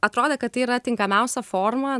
atrodė kad tai yra tinkamiausia forma